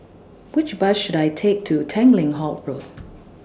Which Bus should I Take to Tanglin Halt Road